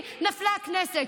נפלה הכנסת.